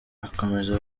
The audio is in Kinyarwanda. akomeza